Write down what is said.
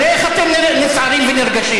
תראה איך אתם נסערים ונרגשים.